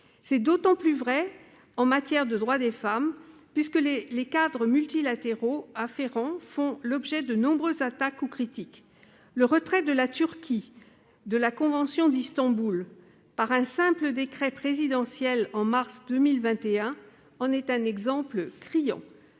C'est d'autant plus vrai en matière de droits des femmes, puisque les cadres multilatéraux afférents font l'objet de nombreuses attaques ou critiques. Le retrait de la Turquie de la convention d'Istanbul par un simple décret présidentiel au mois de mars 2021 en est un exemple criant.